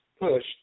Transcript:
push